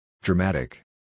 Dramatic